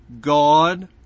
God